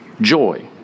joy